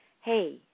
hey